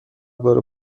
داره